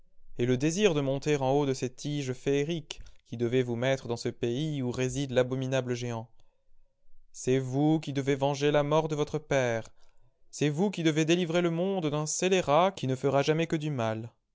et le désir de monter au haut de ces tiges féeriques qui devaient vous mettre dans ce pays où réside l'abominable géant c'est vous qui devez venger la mort de votre père c'est vous qui devez délivrer le monde d'un scélérat qui ne fera jamais que du mal